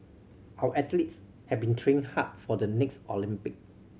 our athletes have been training hard for the next Olympic